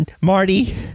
Marty